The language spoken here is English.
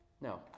No